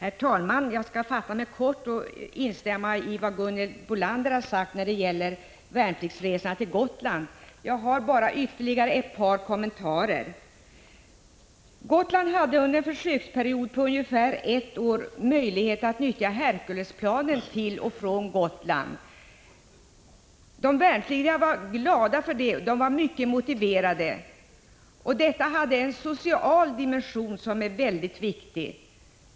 Herr talman! Jag skall fatta mig kort och instämma i vad Gunhild Bolander har sagt när det gäller de värnpliktigas resor till och från Gotland. Jag har bara ett par ytterligare kommentarer. Gotland hade under en försöksperiod på ungefär ett år möjlighet att nyttja Herculesplanen för resor till och från Gotland. Denna möjlighet hade en social dimension — som är mycket viktig — och eftersom de värnpliktiga var väl motiverade var de glada över denna möjlighet.